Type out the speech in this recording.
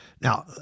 Now